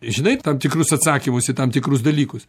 žinai tam tikrus atsakymus į tam tikrus dalykus